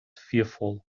fearful